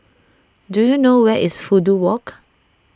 do you know where is Fudu Walk